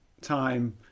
time